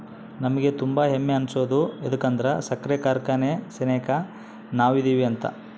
ನಮಿಗೆ ತುಂಬಾ ಹೆಮ್ಮೆ ಅನ್ಸೋದು ಯದುಕಂದ್ರ ಸಕ್ರೆ ಕಾರ್ಖಾನೆ ಸೆನೆಕ ನಾವದಿವಿ ಅಂತ